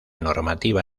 normativa